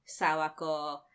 sawako